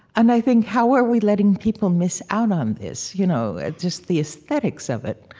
and i think, how are we letting people miss out on this? you know, just the esthetics of it